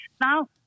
Now